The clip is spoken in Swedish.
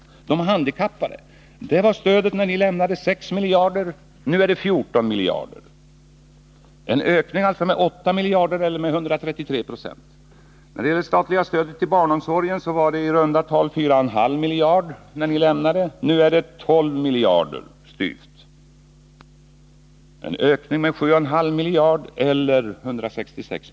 Stödet till de handikappade var 6 miljarder när ni lämnade regeringen. Nu är det 14 miljarder. Det har således skett en ökning med 8 miljarder, eller med 133 20. Det statliga stödet till barnomsorgen var i runda tal 4,5 miljarder när ni lämnade regeringen. Nu är det styvt 12 miljarder. Det innebär en ökning med 7,5 miljarder eller 166 90.